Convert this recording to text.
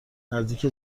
نزدیک